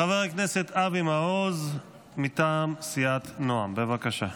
חבר הכנסת אבי מעוז, מטעם סיעת נעם, בבקשה.